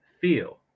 feel